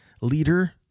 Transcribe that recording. leader